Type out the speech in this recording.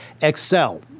Excel